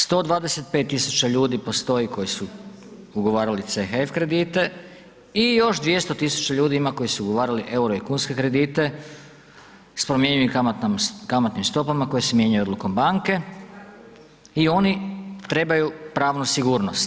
125 tisuća ljudi postoji koji su ugovarali CHF kredite i još 200 tisuća ljudi ima koji su ugovarali eure i kunske kredite s promjenjivim kamatnim stopama koje se mijenjaju odlukom banke i oni trebaju pravnu sigurnost.